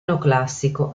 neoclassico